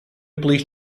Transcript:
please